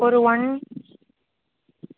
ஒரு ஒன்